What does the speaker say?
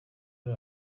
ari